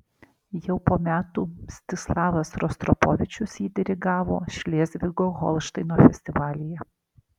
jau po metų mstislavas rostropovičius jį dirigavo šlėzvigo holšteino festivalyje